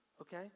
okay